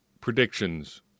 predictions